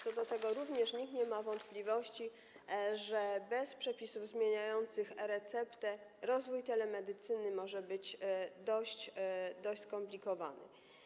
Co do tego również nikt nie ma wątpliwości, że bez przepisów zmieniających e-receptę rozwój telemedycyny może być dość skomplikowany.